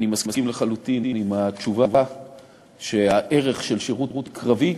אני מסכים לחלוטין עם התשובה שהערך של שירות קרבי,